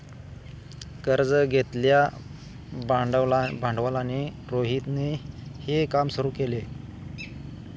कर्ज घेतलेल्या भांडवलाने रोहितने हे काम सुरू केल